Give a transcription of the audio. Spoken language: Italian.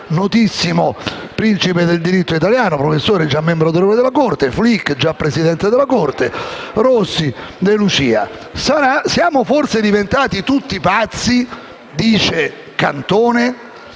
(notissimo principe del diritto italiano, professore, già membro della Corte), «Flick» (già Presidente della Corte), «Rossi, De Lucia. Siamo forse diventati tutti pazzi?». Così dice Cantone.